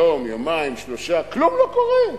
יום, יומיים, שלושה, כלום לא קורה.